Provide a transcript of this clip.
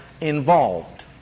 involved